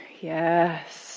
Yes